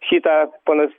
šitą ponas